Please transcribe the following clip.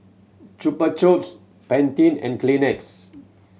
Chupa Chups Pantene and Kleenex